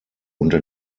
unter